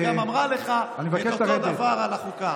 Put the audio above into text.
והיא גם אמרה לך את אותו הדבר על החוקה.